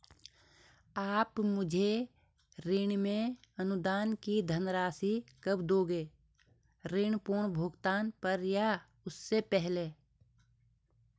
आप मुझे ऋण में अनुदान की राशि कब दोगे ऋण पूर्ण भुगतान पर या उससे पहले?